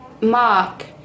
Mark